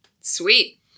Sweet